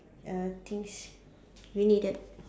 uh things you needed